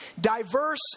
diverse